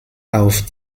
auf